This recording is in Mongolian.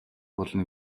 болно